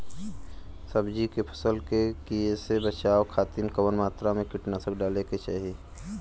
सब्जी के फसल के कियेसे बचाव खातिन कवन मात्रा में कीटनाशक डाले के चाही?